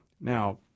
Now